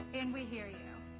and, we hear you.